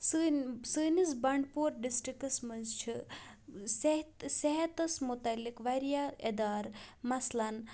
سٲنۍ سٲنِس بنڈپور ڈِسٹرٛکَس منٛز چھِ صحتہِ صحتَس متعلق واریاہ اِدارٕ مثلاً